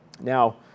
now